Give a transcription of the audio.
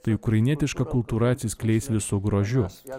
tai ukrainietiška kultūra atsiskleis visu grožiu jei